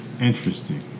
interesting